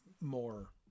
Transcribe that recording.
more